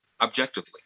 objectively